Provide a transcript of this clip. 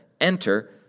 enter